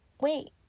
wait